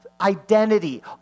identity